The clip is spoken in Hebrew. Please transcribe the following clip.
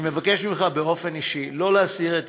אני מבקש ממך באופן אישי שלא להסיר את